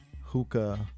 hookah